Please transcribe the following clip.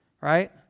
right